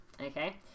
Okay